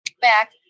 Back